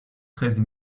treize